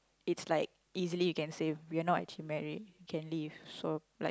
it's like easily you can say we're not actually married can leave so like